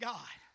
God